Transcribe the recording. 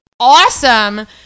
Awesome